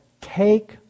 take